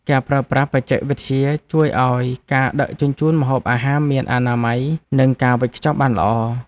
ការប្រើប្រាស់បច្ចេកវិទ្យាជួយឱ្យការដឹកជញ្ជូនម្ហូបអាហារមានអនាម័យ និងការវេចខ្ចប់បានល្អ។